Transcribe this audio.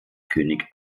könig